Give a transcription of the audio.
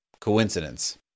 coincidence